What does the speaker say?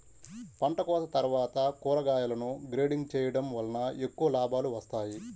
పంటకోత తర్వాత కూరగాయలను గ్రేడింగ్ చేయడం వలన ఎక్కువ లాభాలు వస్తాయి